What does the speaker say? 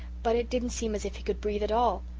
but it didn't seem as if he could breathe at all.